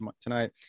tonight